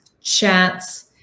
chats